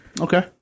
Okay